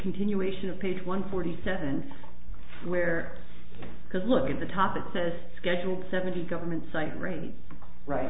continuation of page one forty seven where because look at the top it says scheduled seventy government sites raise right